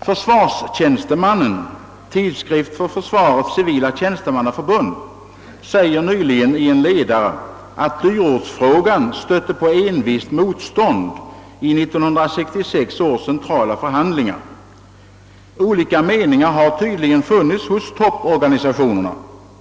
Försvarstjänstemannen, Tidskrift för Försvarets civila tjänstemannaförbund, skriver nyligen i en ledare att dyrortsfrågan stötte på envist motstånd i 1966 års centrala förhandlingar. Olika meningar har tydligen funnits hos topporganisationerna.